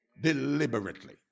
Deliberately